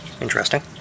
Interesting